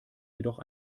jedoch